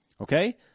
Okay